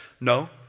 No